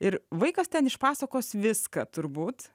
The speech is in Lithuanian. ir vaikas ten išpasakos viską turbūt